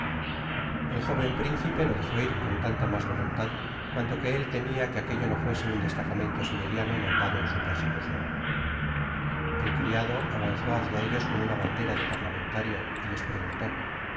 el joven principe lo dejó ir con tanta mas vsluntad cuanto que el temia que aquello no fuese un destacamento siberiano mandado en su persecucion el criarlo avanzó hácia ellos con una bandera de parlamentario y les preguntó